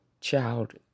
child